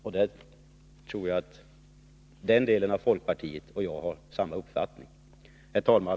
Jag tror att folkpartiet där och jag har samma uppfattning. Herr talman!